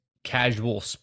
Casual